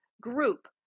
group